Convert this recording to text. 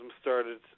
started